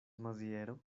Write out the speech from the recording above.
maziero